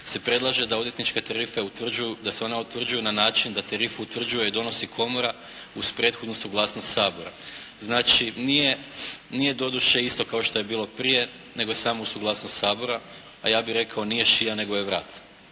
se predlaže da odvjetničke tarife, da se one utvrđuju na način da tarifu utvrđuje i donosi komora uz prethodnu suglasnost Sabora. Znači, nije doduše isto kao što je bilo prije nego samo uz suglasnost Sabora a ja bih rekao nije šija nego je vrat.